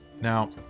now